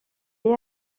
est